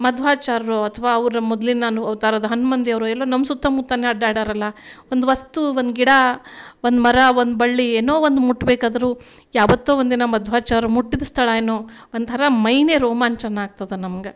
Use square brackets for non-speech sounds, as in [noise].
ಮಧ್ವಾಚಾರ್ಯರೋ ಅಥವಾ ಅವ್ರ ಮೊದ್ಲಿನ [unintelligible] ಅವತಾರದ ಹನುಮಂದಿಯವ್ರೋ ಎಲ್ಲೋ ನಮ್ಮ ಸುತ್ತಮುತ್ತನೇ ಅಡ್ಡಾಡ್ಯಾರಲ್ಲ ಒಂದು ವಸ್ತು ಒಂದು ಗಿಡ ಒಂದು ಮರ ಒಂದು ಬಳ್ಳಿ ಏನೋ ಒಂದು ಮುಟ್ಟಬೇಕಾದ್ರೂ ಯಾವತ್ತೋ ಒಂದು ದಿನ ಮಧ್ವಾಚಾರ್ಯರು ಮುಟ್ಟಿದ ಸ್ಥಳ ಅನ್ನೋ ಒಂಥರ ಮೈಯೇ ರೋಮಾಂಚನ ಆಗ್ತದೆ ನಮ್ಗೆ